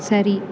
சரி